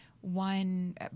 one